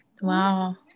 wow